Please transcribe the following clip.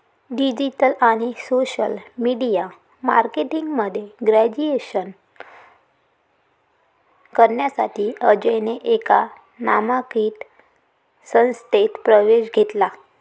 digital आणि social media marketing मध्ये graduation करण्यासाठी अजयने एका नामांकित संस्थेत प्रवेश घेतला